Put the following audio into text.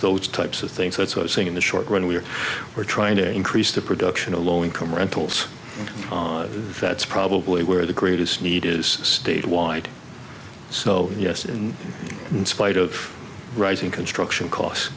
those types of things that sort of thing in the short run we're we're trying to increase the production of low income rentals and that's probably where the greatest need is statewide so yes in spite of rising construction cost